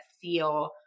feel